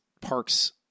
park's